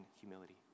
humility